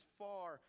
far